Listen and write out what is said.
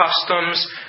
customs